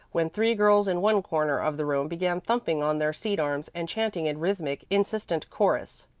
when three girls in one corner of the room began thumping on their seat-arms and chanting in rhythmic, insistent chorus,